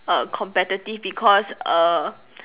err competitive because err